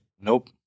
Nope